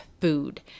food